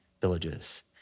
villages